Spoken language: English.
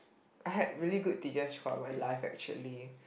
I had really good teachers for my life actually